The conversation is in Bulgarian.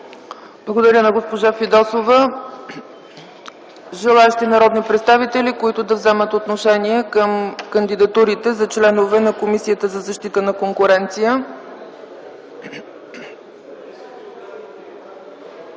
Благодаря на госпожа Фидосова. Има ли желаещи народни представители, които да вземат отношение към кандидатурите за членове на Комисията за защита на конкуренцията?